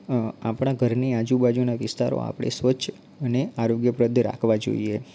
આપણા ઘરની આજુ બાજુના વિસ્તારો આપણે સ્વચ્છ અને આરોગ્યપ્રદ રાખવા જોઈએ